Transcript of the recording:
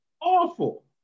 awful